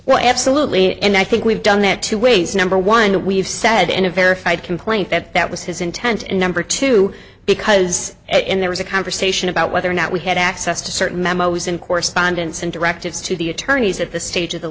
well absolutely and i think we've done that two ways number one we've said in a verified complaint that that was his intent and number two because in there was a conversation about whether or not we had access to certain memos in correspondence and directives to the attorneys at the stage of